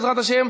בעזרת השם,